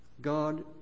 God